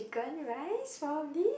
gone rise !wow! really